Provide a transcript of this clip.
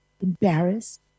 embarrassed